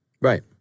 Right